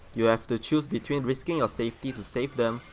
you have to choose between risking your safety to save them,